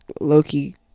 loki